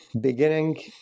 Beginning